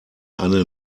eine